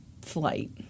flight